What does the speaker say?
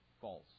false